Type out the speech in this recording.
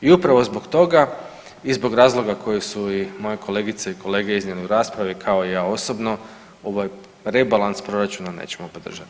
I upravo zbog toga i zbog razloga koji su moji kolegice i kolege iznijeli u raspravi, kao i ja osobno, ovaj rebalans proračuna nećemo podržati.